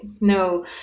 no